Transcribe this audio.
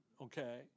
okay